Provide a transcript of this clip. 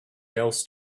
else